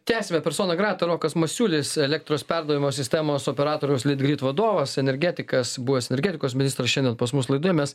tęsime persona grata rokas masiulis elektros perdavimo sistemos operatoriaus litgrid vadovas energetikas buvęs energetikos ministras šiandien pas mus laidoje mes